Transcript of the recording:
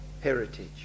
heritage